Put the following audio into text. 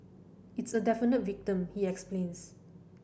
it's a definite victim he explains